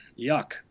yuck